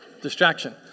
distraction